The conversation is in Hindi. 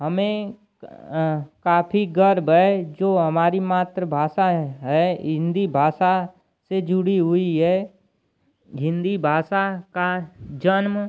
हमें काफी गर्व है जो हमारी मातृभाषा है हिन्दी भाषा से जुड़ी हुई है हिन्दी भाषा का जन्म